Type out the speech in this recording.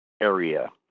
area